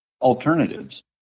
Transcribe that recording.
alternatives